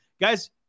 guys